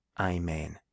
Amen